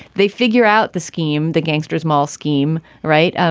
they figure out the scheme, the gangsters mall scheme. right. um